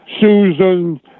Susan